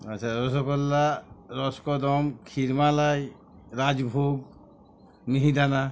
আচ্ছা রসগোল্লা রসকদম ক্ষীরমালাই রাজভোগ মিহিদানা